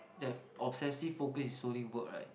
their obsessive focus is solely work right